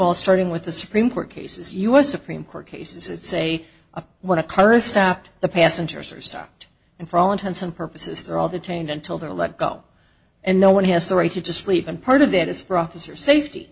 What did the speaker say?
all starting with the supreme court cases u s supreme court cases that say when a car is stopped the passengers are stopped and for all intents and purposes they're all detained until they're let go and no one has the right to sleep and part of that is for officer safety